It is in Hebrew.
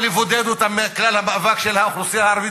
או לבודד אותם מכלל המאבק של האוכלוסייה הערבית